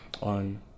on